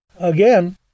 again